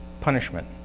punishment